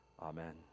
Amen